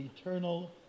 eternal